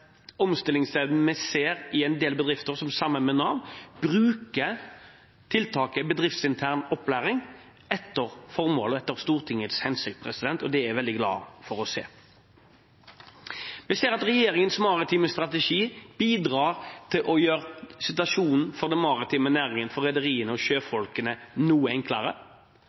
omstillingsevnen vi ser i en del bedrifter, som sammen med Nav bruker tiltaket bedriftsintern opplæring etter formålet, etter Stortingets hensikt. Det er jeg veldig glad for å se. Vi ser at regjeringens maritime strategi bidrar til å gjøre situasjonen for den maritime næringen, for rederiene og sjøfolkene, noe enklere.